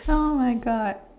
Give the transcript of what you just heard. oh my God